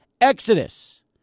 exodus